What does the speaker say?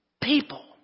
people